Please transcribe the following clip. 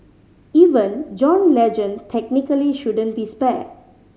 even John Legend technically shouldn't be spared